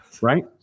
right